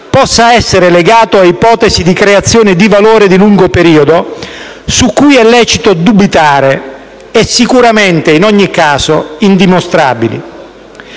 possa essere legato ad ipotesi di creazione di valore di lungo periodo, su cui è lecito dubitare, che sono sicuramente, in ogni caso, indimostrabili.